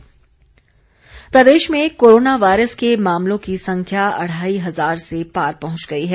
corona update Himachal Pradesh में corona virus के मामलों की संख्या अढ़ाई हजार से पार पहुंच गई है